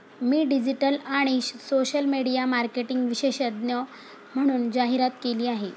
मी digital आणि social media marketing विशेषज्ञ म्हणून जाहिरात केली आहे